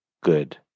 good